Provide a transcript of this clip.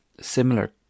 similar